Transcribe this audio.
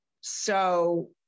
So-